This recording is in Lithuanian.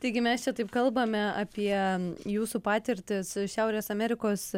taigi mes čia taip kalbame apie jūsų patirtis šiaurės amerikos